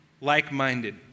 like-minded